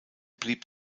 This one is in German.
blieb